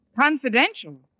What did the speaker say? Confidential